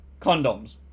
condoms